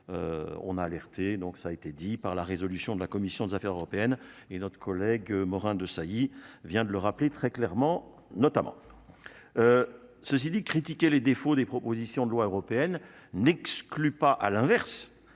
on a alerté, donc ça a été dit par la résolution de la commission des Affaires européennes, et notre collègue Morin-Desailly vient de le rappeler très clairement notamment ceci dit critiquait les défauts des propositions de loi européenne n'exclut pas, à l'inverse